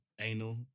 anal